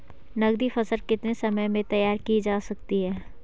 नगदी फसल कितने समय में तैयार की जा सकती है?